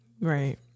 Right